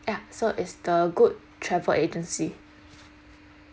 ya so is the good travel agency